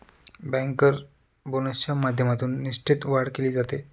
banker बोनसच्या माध्यमातून निष्ठेत वाढ केली जाते